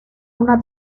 una